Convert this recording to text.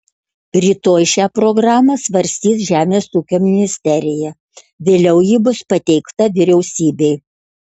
rytoj šią programą svarstys žemės ūkio ministerija vėliau ji bus pateikta vyriausybei